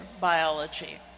Biology